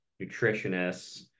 nutritionists